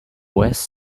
west